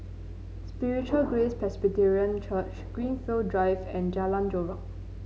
Spiritual Grace Presbyterian Church Greenfield Drive and Jalan Chorak